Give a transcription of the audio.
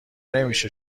نمیشه